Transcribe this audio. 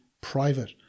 private